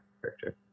character